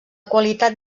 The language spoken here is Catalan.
qualitat